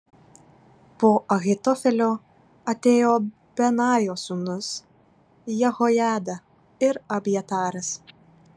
po ahitofelio atėjo benajo sūnus jehojada ir abjataras